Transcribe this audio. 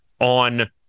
on